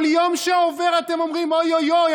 כל יום שעובר אתם אומרים: אוי אוי אוי,